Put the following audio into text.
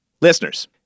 Listeners